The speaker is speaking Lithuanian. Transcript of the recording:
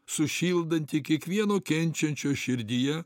sušildanti kiekvieno kenčiančio širdyje